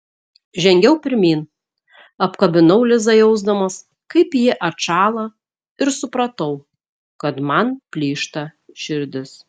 žengiau pirmyn apkabinau lizą jausdamas kaip ji atšąla ir supratau kad man plyšta širdis